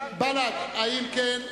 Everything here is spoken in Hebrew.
האם כן?